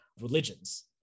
religions